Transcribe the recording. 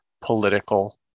political